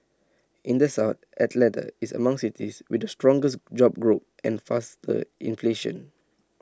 in the south Atlanta is among cities with the strongest job growth and faster inflation